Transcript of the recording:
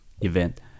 event